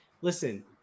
listen